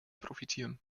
profitieren